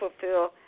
fulfill